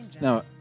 Now